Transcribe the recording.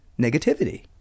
negativity